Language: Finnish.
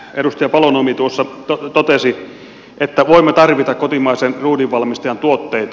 edustaja paloniemi tuossa totesi että voimme tarvita kotimaisen ruudinvalmistajan tuotteita